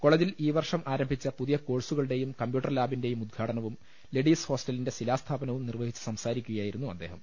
കോളേജിൽ ഈ വർഷം ആരംഭിച്ച പുതിയ കോഴ്സു കളുടെയും കമ്പ്യൂട്ടർ ലാബിന്റെയും ഉദ്ഘാടനവും ലേഡീസ് ഹോസ്റ്റലിന്റെ ശിലാസ്ഥാപനവും നിർവഹിച്ച് സംസാരിക്കുകയാ യിരുന്നു അദ്ദേഹം